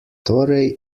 torej